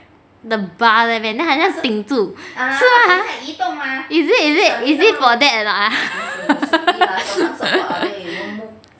the bar 那边 then 好像顶住是 right 是吗 is it is it is it for that or not !huh!